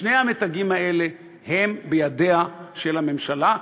ושני המתגים האלה הם בידיה של הממשלה,